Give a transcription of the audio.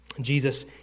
Jesus